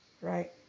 right